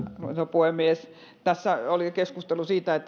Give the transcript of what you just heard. puhemies kun tässä oli keskustelua siitä